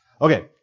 Okay